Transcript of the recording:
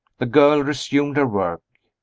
the girl resumed her work.